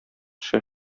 төшә